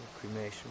cremation